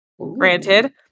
granted